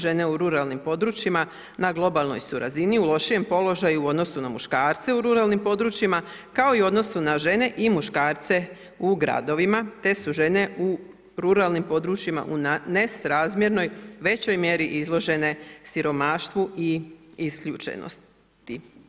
Žene u ruralnim područjima na globalnoj su razini, u lošijem položaju u odnosu na muškarce u ruralnim područjima, kao i u odnosu na žene i muškarce u gradovima, te su žene u ruralnim područjima, u nesrazmjerno, većoj mjeri izložene siromaštvu i isključenosti.